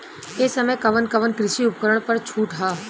ए समय कवन कवन कृषि उपकरण पर छूट ह?